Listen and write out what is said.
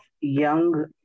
young